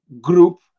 group